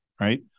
right